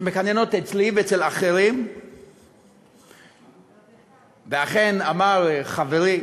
שמקננות אצלי ואצל אחרים, ואכן, אמר חברי